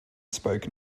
spoke